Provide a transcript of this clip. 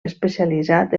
especialitzat